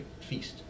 feast